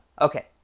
Okay